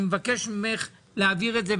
אני מבקש ממך להעביר את זה.